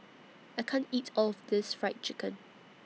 I can't eat All of This Fried Chicken